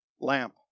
lamp